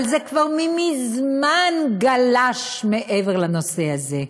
אבל זה כבר מזמן גלש מעבר לנושא הזה.